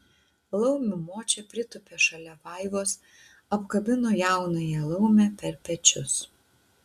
laumių močia pritūpė šalia vaivos apkabino jaunąją laumę per pečius